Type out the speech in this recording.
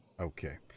Okay